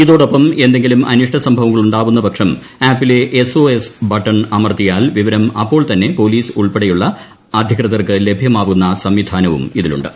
ഇതോ ടൊപ്പം എന്തെങ്കിലും അനിഷ്ട് സർഭവങ്ങളുണ്ടാവുന്ന പക്ഷം ആപ്പിലെ എസ് ഒ എസ് ബട്ടൺ അ്മർത്തിയാൽ വിവരം അപ്പോൾ തന്നെ പോലിസ് ഉൾപ്പെടെയുള്ള അധികൃതർക്ക് ലഭ്യമാവുന്ന സംവിധാനവും ഇതിലുണ്ട്